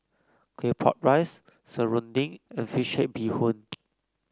Claypot Rice serunding and fish head Bee Hoon